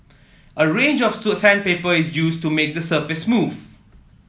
a range of sandpaper is used to make the surface smooth